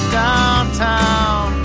downtown